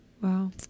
Wow